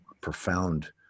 profound